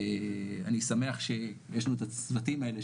אני שמח שיש לנו את הצוותים האלה,